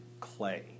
Clay